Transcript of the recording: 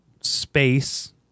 space